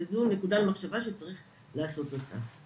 וזו נקודה למחשבה שצריך לעשות אותה.